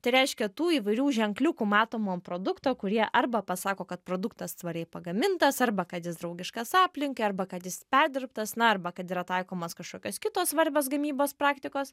tai reiškia tų įvairių ženkliukų matomų ant produkto kurie arba pasako kad produktas tvariai pagamintas arba kad jis draugiškas aplinkai arba kad jis perdirbtas na arba kad yra taikomos kažkokios kitos svarbios gamybos praktikos